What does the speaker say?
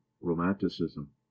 romanticism